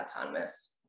autonomous